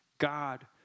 God